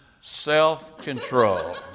Self-control